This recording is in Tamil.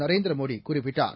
நரேந்திரமோடி குறிப்பிட்டார்